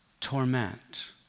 torment